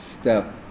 step